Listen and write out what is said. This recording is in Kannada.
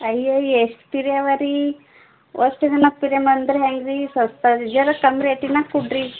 ಅಯ್ಯೊ ಎಷ್ಟು ಪಿರಿಯವರೀ ಅಂದರೆ ಹೇಗ್ರಿ ಸ್ವಲ್ಪ ಜರ ಕಮ್ಮಿ ರೇಟಿನಾಗೆ ಕೊಡಿರಿ